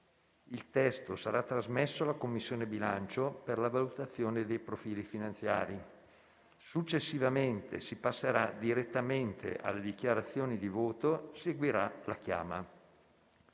il testo sarà trasmesso alla Commissione bilancio per la valutazione dei profili finanziari. Successivamente, si passerà direttamente alle dichiarazioni di voto. Seguirà la chiama.